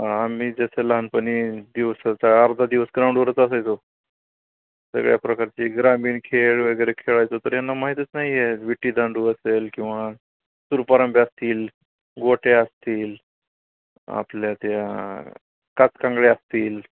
आम्ही जसं लहानपणी दिवसाचा अर्धा दिवस ग्राउंडवरच असायचो सगळ्या प्रकारचे ग्रामीण खेळ वगैरे खेळायचो तर यांना माहीतच नाही आहे विटीदांडू असेल किंवा सूरपारंब्या असतील गोट्या असतील आपल्या त्या कातकांगळ्या असतील